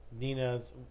Nina's